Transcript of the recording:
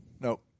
No